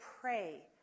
pray